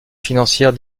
financière